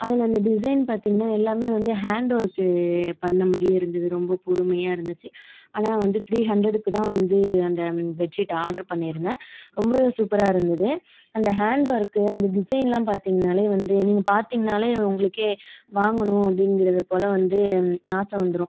அதில் அந்த டிசைன் பார்த்திங்ன்னா எல்லாம் வந்து ஹேண்ட் ஒர்க்கு பண்ண மாதிரியே இருந்தது ரொம்ப பொறுமையாக இருந்துச்சு ஆனால் நான் வந்து த்ரீ ஹண்ட்ரடுக்குதான் வந்து அந்த பெட் ஷீட்டை ஆட்ரு பண்ணிருந்தேன் ரொம்ப சூப்பராக இருந்தது அந்த ஹேண்ட் ஒர்க் அந்த டிசைன்லாம் பாத்திங்கனாலே வந்து நீங்கள் பாத்திங்கனாலே உங்களுக்கே வாங்கணும் அப்படிங்கறது போல் வந்து ஆசை வந்துடும்